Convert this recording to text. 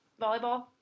volleyball